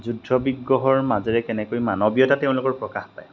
যুদ্ধ বিগ্ৰহৰ মাজেৰে কেনেকৈ মানৱীয়তা তেওঁলোকৰ প্ৰকাশ পায়